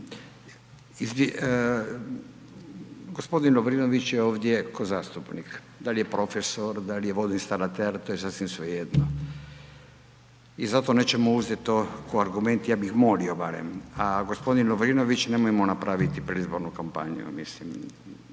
Gospodin Lovrinović je ovdje ko zastupnik, da li je profesor, da li je vodoinstalater to je sasvim svejedno i zato nećemo uzeti to ko argument i ja bih molio barem. A gospodin Lovrinović nemojmo napraviti predizbornu kampanju, mislim